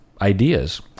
ideas